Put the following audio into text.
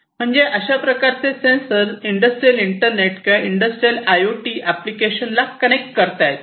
म्हणजे अशा प्रकारचे सेंसर इंडस्ट्रियल इंटरनेट किंवा industrial I O T application ला कनेक्ट करता येतात